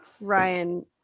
Ryan